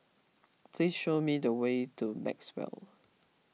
please show me the way to Maxwell